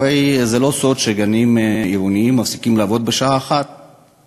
הרי זה לא סוד שגנים עירוניים מפסיקים לעבוד בשעה 13:00,